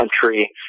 country